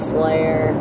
Slayer